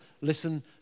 Listen